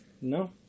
No